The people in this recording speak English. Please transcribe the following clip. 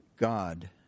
God